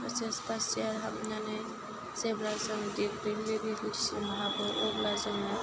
ओयत्च as first year हाबनानै जेब्ला जों डिग्रि सिङाव हाबो अब्ला जोङो